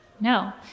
No